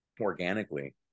organically